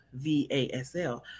VASL